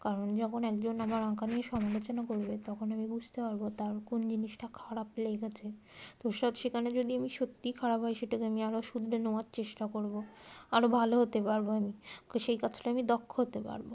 কারণ যখন একজন আমার আঁকা নিয়ে সমালোচনা করবে তখন আমি বুঝতে পারব তার কোন জিনিসটা খারাপ লেগেছে তো সাত সেখানে যদি আমি সত্যিই খারাপ হই সেটাকে আমি আরও শুধরে নেওয়ার চেষ্টা করব আরও ভালো হতে পারব আমি সেই কাজটায় আমি দক্ষ হতে পারব